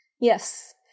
Yes